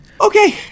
Okay